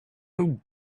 who